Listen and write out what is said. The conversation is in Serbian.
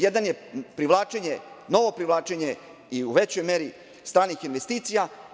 Jedan je novo privlačenje i u većoj meri stranih investicija.